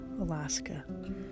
Alaska